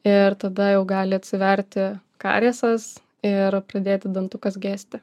ir tada jau gali atsiverti kariesas ir pradėti dantukas gesti